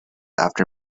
after